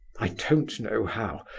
i don't know how.